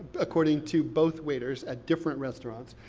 according to both waiters at different restaurants,